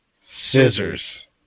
scissors